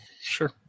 Sure